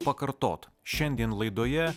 pakartot šiandien laidoje